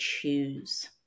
choose